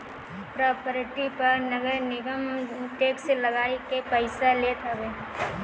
property पअ नगरनिगम tax लगाइ के पईसा लेत हवे